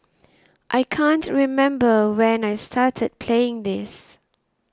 I can't remember when I started playing this